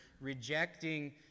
rejecting